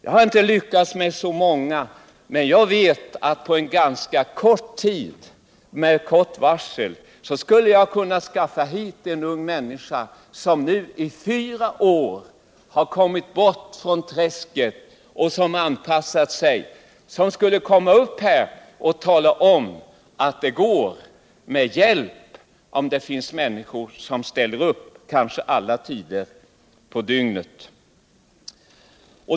Jag har inte lyckats med så många, men jag vet att med ganska kort varsel skulle jag kunna skaffa hit en ung människa som nu i fyra år varit borta från träsket, som anpassat sig och som skulle kunna komma upp och tala om att det går — med hjälp — om det finns människor som ställer upp, kanske alla tider på dygnet.